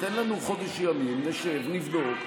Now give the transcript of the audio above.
תן לנו חודש ימים, נשב, נבדוק.